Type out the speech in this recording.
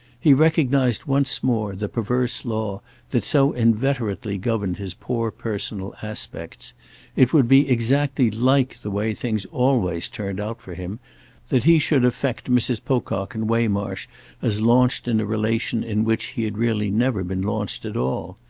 he recognised once more the perverse law that so inveterately governed his poor personal aspects it would be exactly like the way things always turned out for him that he should affect mrs. pocock and waymarsh as launched in a relation in which he had really never been launched at all.